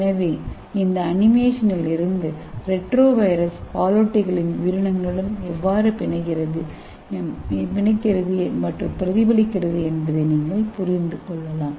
எனவே இந்த அனிமேஷனில் இருந்து ரெட்ரோ வைரஸ் பாலூட்டிகளின் உயிரணுக்களுடன் எவ்வாறு பிணைக்கிறது மற்றும் பிரதிபலிக்கிறது என்பதை நீங்கள் புரிந்து கொள்ளலாம்